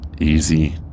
Easy